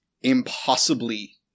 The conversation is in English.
impossibly